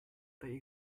they